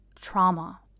trauma